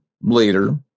later